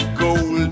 gold